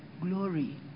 glory